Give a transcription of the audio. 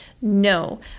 No